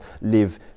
live